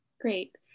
Great